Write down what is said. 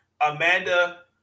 amanda